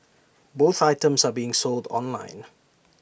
both items are being sold online